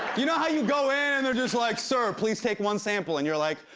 you know how you go in, and they're just like, sir, please take one sample. and you're like,